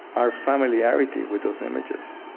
our familiarity with those images